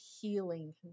healing